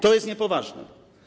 To jest niepoważne.